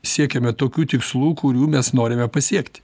siekiame tokių tikslų kurių mes norime pasiekt